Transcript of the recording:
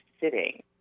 sitting